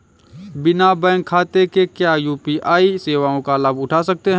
बिना बैंक खाते के क्या यू.पी.आई सेवाओं का लाभ उठा सकते हैं?